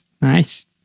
Nice